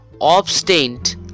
obstinate